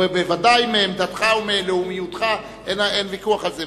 ובוודאי מעמדתך ומלאומיותך אין ויכוח על זה.